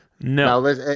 no